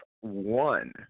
one